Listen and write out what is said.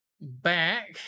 back